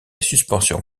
suspension